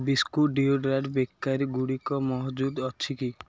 biscuit deodorant ବେକେରୀଗୁଡ଼ିକ ମହଜୁଦ ଅଛି କି